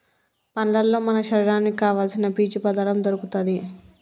పండ్లల్లో మన శరీరానికి కావాల్సిన పీచు పదార్ధం దొరుకుతది